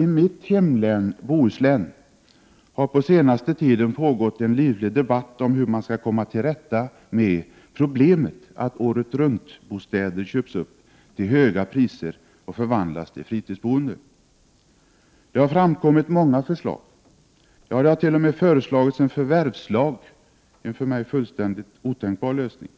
I mitt hemlän, Bohuslän, har på senaste tiden pågått en livlig debatt om hur man skall komma till rätta med problemet att åretruntbostäder köps upp till höga priser och förvandlas till fritidsbostäder. Det har framkommit många förslag. Ja, det har t.o.m. föreslagits en förvärvslag, en för mig fullständigt otänkbar lösning.